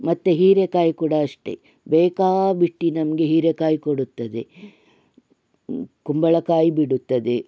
ಮತ್ತು ಹೀರೆಕಾಯಿ ಕೂಡ ಅಷ್ಟೆ ಬೇಕಾಬಿಟ್ಟಿ ನಮಗೆ ಹೀರೆಕಾಯಿ ಕೊಡುತ್ತದೆ ಕುಂಬಳಕಾಯಿ ಬಿಡುತ್ತದೆ